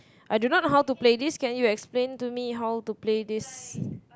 I do not know how to play this can you explain to me how to play this